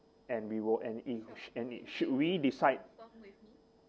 and we will and if and it should we decide